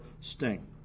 sting